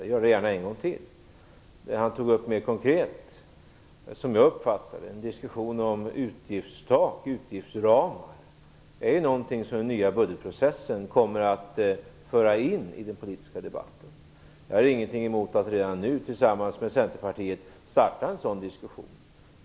Jag gör det gärna en gång till. Som jag uppfattade det tog han mera konkret upp en diskussion om utgiftstak, utgiftsramar. Det är någonting som den nya budgetprocessen kommer att föra in i den politiska debatten. Jag har ingenting emot att redan nu, tillsammans med Centerpartiet, starta en sådan diskussion.